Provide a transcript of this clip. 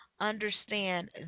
understand